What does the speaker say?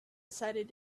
decided